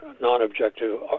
non-objective